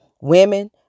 Women